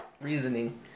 Reasoning